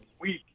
week